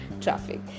traffic